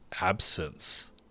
absence